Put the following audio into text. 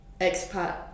expat